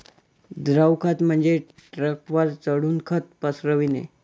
द्रव खत म्हणजे ट्रकवर चढून खत पसरविणे